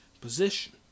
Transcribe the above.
position